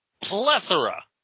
plethora